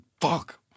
fuck